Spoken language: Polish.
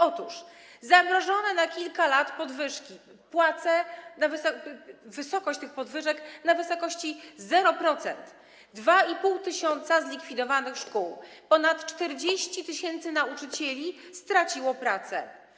Otóż: zamrożone na kilka lat podwyżki, wielkość tych podwyżek na wysokości 0%, 2,5 tys. zlikwidowanych szkół, ponad 40 tys. nauczycieli straciło pracę.